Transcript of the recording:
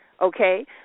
okay